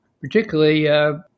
particularly